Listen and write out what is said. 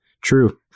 True